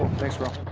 thanks bro.